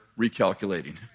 recalculating